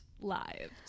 lives